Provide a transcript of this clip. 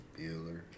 Bueller